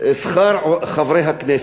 משכר חברי הכנסת.